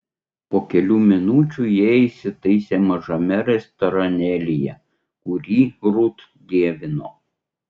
po kelių minučių jie įsitaisė mažame restoranėlyje kurį rut dievino